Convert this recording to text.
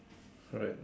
alright